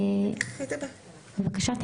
בבקשה.